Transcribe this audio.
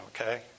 okay